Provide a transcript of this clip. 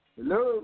Hello